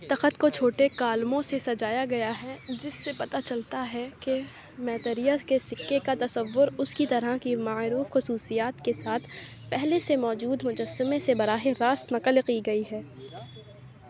تخت کو چھوٹے کالموں سے سجایا گیا ہے جس سے پتہ چلتا ہے کہ میتریہ کے سکے کا تصور اس طرح کی معروف خصوصیات کے ساتھ پہلے سے موجود مجسمہ سے براہ راست نقل کی گئی ہے